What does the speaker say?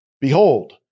Behold